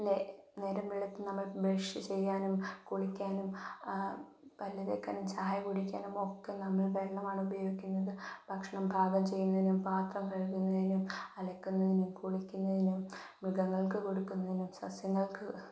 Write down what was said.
നേരം വെളുക്കുമ്പോള് നമുക്ക് ബ്രഷ് ചെയ്യാനും കുളിക്കാനും പല്ലുതേക്കാനും ചായ കുടിക്കാനും ഒക്കെ നമ്മള് വെള്ളമാണ് ഉപയോഗിക്കുന്നത് ഭക്ഷണം പാകം ചെയ്യുന്നതിനും പത്രം കഴുക്കുന്നതിനും അലക്കുന്നതിനും കുളിക്കുന്നതിനും മൃഗങ്ങള്ക്ക് കൊടുക്കുന്നതിനും സസ്യങ്ങള്ക്ക്